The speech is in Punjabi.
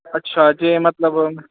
ਅੱਛਾ ਜੇ ਮਤਲਬ